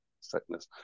sickness